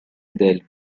del